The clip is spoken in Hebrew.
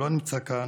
שלא נמצא כאן,